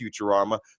Futurama